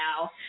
now